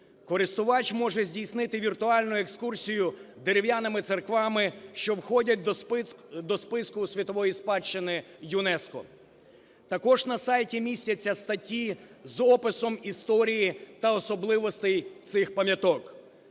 Користувач може здійснити віртуальну екскурсію дерев'яними церквами, що входять до списку світової спадщини ЮНЕСКО. Також на сайті містяться статті з описом історії та особливостей цих пам'яток.